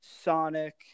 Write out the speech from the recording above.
Sonic